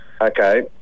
okay